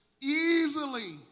easily